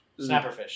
snapperfish